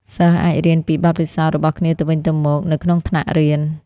សិស្សអាចរៀនពីបទពិសោធន៍របស់គ្នាទៅវិញទៅមកនៅក្នុងថ្នាក់រៀន។